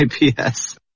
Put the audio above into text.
IPS